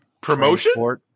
Promotion